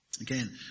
Again